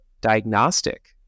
diagnostic